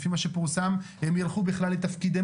לפי מה שפורסם הם ילכו בכלל לתפקידי